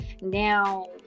Now